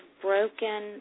broken